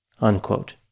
unquote